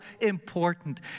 important